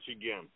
again